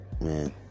Man